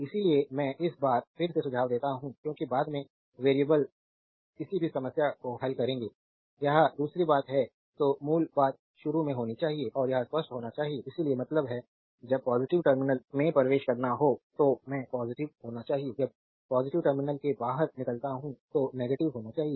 इसलिए मैं एक बार फिर से सुझाव देता हूं क्योंकि बाद में वेरिएबल्स ण किसी भी समस्या को हल करेंगे यह दूसरी बात है तो मूल बात शुरू में होनी चाहिए और यह स्पष्ट होनी चाहिए इसका मतलब है जब पॉजिटिव टर्मिनल में प्रवेश करना हो तो मैं पॉजिटिव होना चाहिए जब पॉजिटिव टर्मिनल से बाहर निकलता हूं तो निगेटिव होना चाहिए